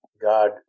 God